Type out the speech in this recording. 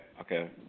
okay